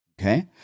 Okay